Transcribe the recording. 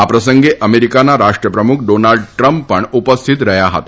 આ પ્રસંગ અમદ્વીકાના રાષ્ટ્રપ્રમુખ ડોનાલ્ડ ટ્રમ્પ પણ ઉપસ્થિત રહ્યા હતા